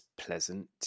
pleasant